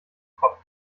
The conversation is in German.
kropf